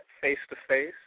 face-to-face